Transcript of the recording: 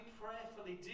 prayerfully